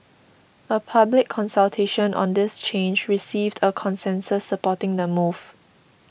a public consultation on this change received a consensus supporting the move